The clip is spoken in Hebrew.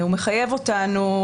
הוא מחייב אותנו,